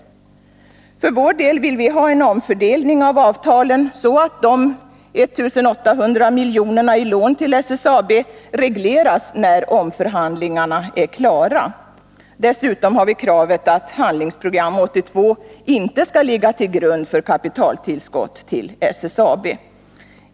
Vi för vår del vill ha en omförhandling av avtalen, så att de 1800 miljonerna i lån till SSAB regleras när omförhandlingarna är klara. Dessutom kräver vi att Handlingsprogram 82 inte skall ligga till grund för kapitaltillskott till SSAB.